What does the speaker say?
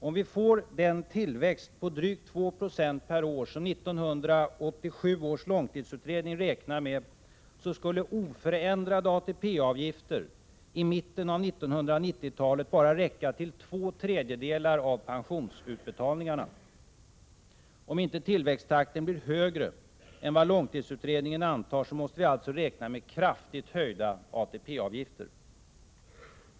Om vi får den tillväxt på drygt 2 20 per år som 1987 års långtidsutredning räknar med, skulle oförändrade ATP-avgifter i mitten av 1990-talet bara räcka till två tredjedelar av pensionsutbetalningarna. Om inte tillväxttakten blir högre än vad långtidsutredningen antar, måste vi alltså räkna med kraftigt höjda ATP avgifter.